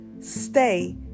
stay